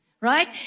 right